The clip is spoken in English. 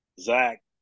Zach